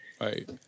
right